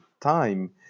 time